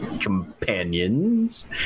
companions